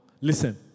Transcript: Listen